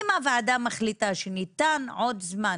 אם הוועדה מחליטה שניתן עוד זמן